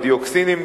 הדיאוקסינים,